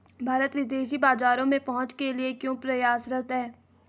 भारत विदेशी बाजारों में पहुंच के लिए क्यों प्रयासरत है?